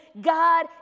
God